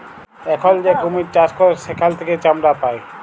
এখল যে কুমির চাষ ক্যরে সেখাল থেক্যে চামড়া পায়